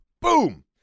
Boom